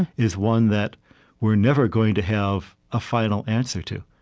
is one that we're never going to have a final answer to.